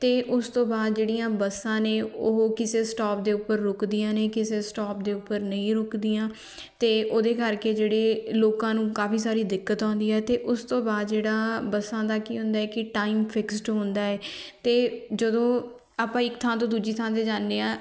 ਅਤੇ ਉਸ ਤੋਂ ਬਾਅਦ ਜਿਹੜੀਆਂ ਬੱਸਾਂ ਨੇ ਉਹ ਕਿਸੇ ਸਟੋਪ ਦੇ ਉੱਪਰ ਰੁਕਦੀਆਂ ਨੇ ਕਿਸੇ ਸਟੋਪ ਦੇ ਉੱਪਰ ਨਹੀਂ ਰੁਕਦੀਆਂ ਅਤੇ ਉਹਦੇ ਕਰਕੇ ਜਿਹੜੇ ਲੋਕਾਂ ਨੂੰ ਕਾਫੀ ਸਾਰੀ ਦਿੱਕਤ ਆਉਂਦੀ ਹੈ ਅਤੇ ਉਸ ਤੋਂ ਬਾਅਦ ਜਿਹੜਾ ਬੱਸਾਂ ਦਾ ਕੀ ਹੁੰਦਾ ਕਿ ਟਾਈਮ ਫਿਕਸਡ ਹੁੰਦਾ ਏ ਅਤੇ ਜਦੋਂ ਆਪਾਂ ਇੱਕ ਥਾਂ ਤੋਂ ਦੂਜੀ ਥਾਂ 'ਤੇ ਜਾਂਦੇ ਹਾਂ